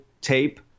tape